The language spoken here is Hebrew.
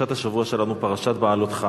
פרשת השבוע שלנו היא פרשת בהעלותך.